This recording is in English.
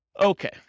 Okay